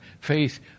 faith